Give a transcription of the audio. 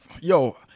yo